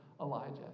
Elijah